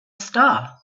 star